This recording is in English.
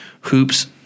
hoops